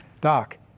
Doc